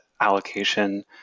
allocation